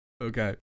Okay